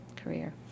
career